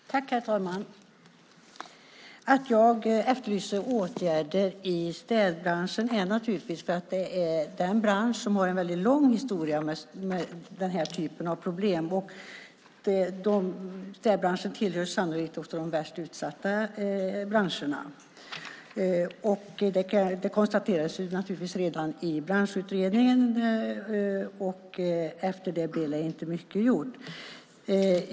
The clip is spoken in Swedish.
Herr talman! Anledningen till att jag efterlyser åtgärder i städbranschen är naturligtvis att den branschen har en väldigt lång historia med nämnda typer av problem. Städbranschen tillhör sannolikt de värst utsatta branscherna. Det konstaterades redan i branschutredningen i fråga. Men efter det blev inte mycket gjort.